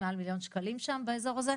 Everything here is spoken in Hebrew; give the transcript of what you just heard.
מעל מיליון שקלים שם באזור הזה,